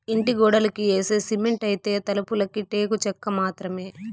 ఇంటి గోడలకి యేసే సిమెంటైతే, తలుపులకి టేకు చెక్క మాత్రమే